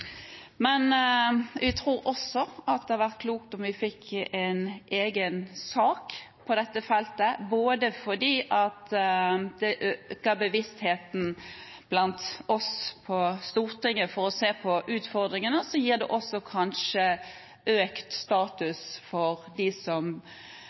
Vi tror også at det hadde vært klokt om vi fikk en egen sak på dette feltet – både fordi det øker bevisstheten blant oss på Stortinget når det gjelder å se på utfordringene, og fordi det kanskje gir økt